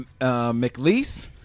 McLeese